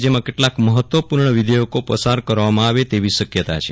જેમાં કેટલાક મહત્વપૂર્ણ વિધેયકો પસાર કરવામાં આવે તેવી શકયતા છે